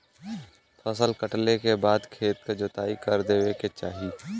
फसल कटले के बाद खेत क जोताई कर देवे के चाही